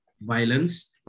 violence